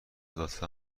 لطفا